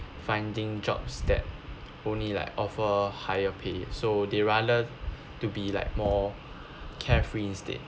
finding jobs that only like offer higher pay so they rather to be like more carefree instead